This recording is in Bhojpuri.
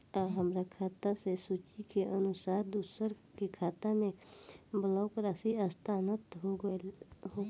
आ हमरा खाता से सूची के अनुसार दूसरन के खाता में बल्क राशि स्थानान्तर होखेला?